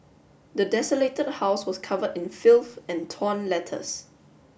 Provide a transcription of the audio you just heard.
the desolated house was covered in filth and torn letters